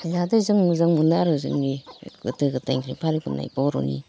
जाहाथे जों मोजां मोनो आरो जोंनि गोदो गोदायनिफ्राय फालिबोनाय बर'नि